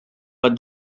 but